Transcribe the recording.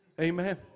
Amen